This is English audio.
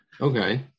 Okay